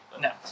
No